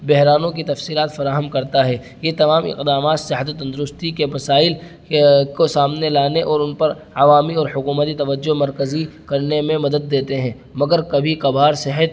بحرانوں کی تفصیلات فراہم کرتا ہے یہ تمام اقدامات صحت و تندرستی کے مسائل کو سامنے لانے اور ان پر عوامی اور حکومتی توجہ مرکزی کرنے میں مدد دیتے ہیں مگر کبھی کبھار صحت